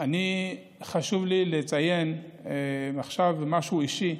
חשוב לי לציין עכשיו משהו אישי,